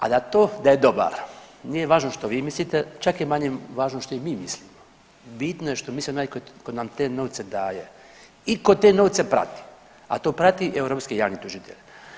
A da to da je dobar, nije važno što vi mislite čak je manje važno što i mi mislimo, bitno je što misli onaj tko nam te novce daje i koji te novce prati, a to prati europski javni tužitelj.